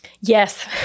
Yes